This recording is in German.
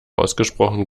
ausgesprochen